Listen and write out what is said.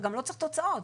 גם לא צריך תוצאות,